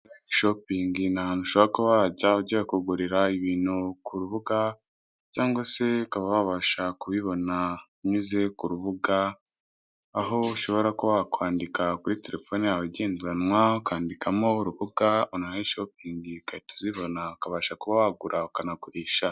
Shoping ni ahantu ushobora kuba wajya ugiye kugurira ibintu ku rubuga cyangwa se ukaba wabasha kubibona unyuze ku rubuga aho ushobora kuba wakwandika kuri terefone yawe igendanwa ukandikamo urubuga online shoping ukahita uzibona ukabasha kuba wagura ukanagurisha.